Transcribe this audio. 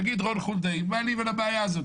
יגיד רון חולדאי: מה לי ולבעיה הזאת?